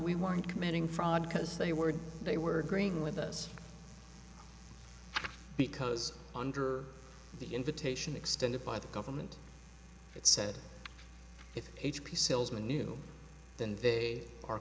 we weren't committing fraud because they were they were green with us because under the invitation extended by the government it said if h p salesman knew then they are